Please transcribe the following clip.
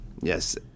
Yes